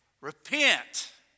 Repent